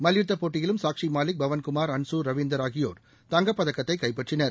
மல்யுத்தப் போட்டியிலும் சாக்ஸி மாலிக் பவன்குமார் அன்சு ரவீந்தர் ஆகியோர் தங்கப்பதக்கத்தை கைப்பற்றினர்